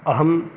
अहं